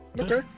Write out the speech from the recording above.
Okay